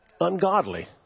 ungodly